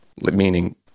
meaning